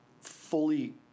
fully